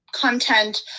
content